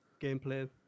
gameplay